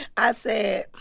i said,